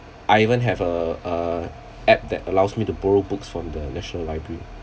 I even have a uh app that allows me to borrow books from the national library